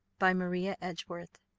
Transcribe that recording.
by maria edgeworth.